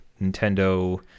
nintendo